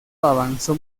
avanzó